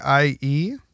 IE